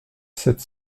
sept